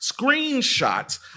screenshots